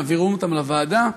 מעבירים אותם לוועדה,